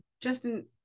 Justin